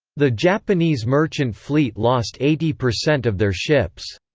the japanese merchant fleet lost eighty percent of their ships.